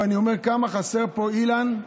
ואני אומר: כמה חסר פה אילן,